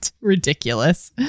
Ridiculous